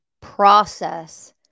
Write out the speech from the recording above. process